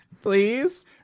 Please